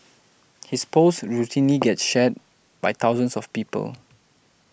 his posts routinely get shared by thousands of people